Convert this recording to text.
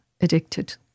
addicted